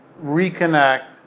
reconnect